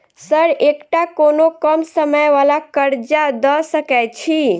Sir एकटा कोनो कम समय वला कर्जा दऽ सकै छी?